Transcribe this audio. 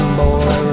boy